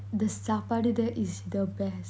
the sapadu there is the best